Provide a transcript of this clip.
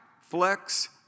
flex